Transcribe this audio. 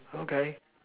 okay